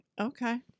okay